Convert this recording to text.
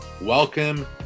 Welcome